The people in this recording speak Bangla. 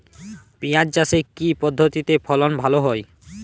পিঁয়াজ চাষে কি পদ্ধতিতে ফলন ভালো হয়?